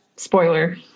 spoiler